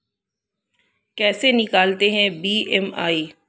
कैसे निकालते हैं बी.एम.आई?